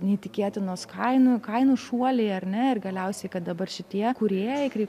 neįtikėtinos kainų kainų šuoliai ar ne ir galiausiai kad dabar šitie kūrėjai krip